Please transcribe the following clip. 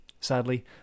sadly